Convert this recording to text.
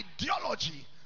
ideology